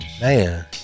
Man